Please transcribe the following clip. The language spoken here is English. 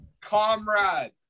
Comrade